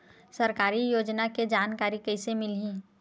सरकारी योजना के जानकारी कइसे मिलही?